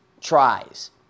tries